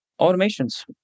automations